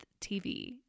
TV